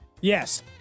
Yes